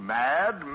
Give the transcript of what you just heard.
mad